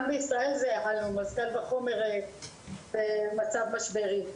גם בישראל זה --- קל וחומר במצב משברי.